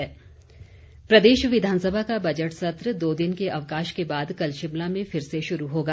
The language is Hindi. विधानसभा प्रदेश विधानसभा का बजट सत्र दो दिन के अवकाश के बाद कल शिमला में फिर से शुरू होगा